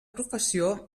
professió